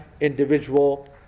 individual